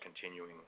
continuing